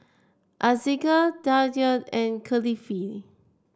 Aizat Khadija and Kefli